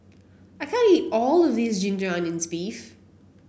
I can't eat all of this Ginger Onions beef